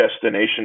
destination